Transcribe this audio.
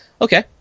okay